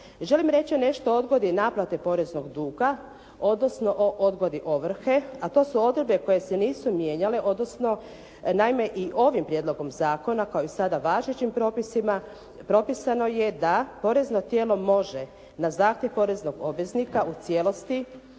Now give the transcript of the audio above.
Želim reći nešto o odgodi naplate poreznog duga odnosno o odgodi ovrhe a to su odredbe koje se nisu mijenjale odnosno, naime i ovim prijedlogom zakona kao i sada važećim propisima propisano je da porezno tijelo može na zahtjev poreznog obveznika u cijelosti